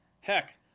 Heck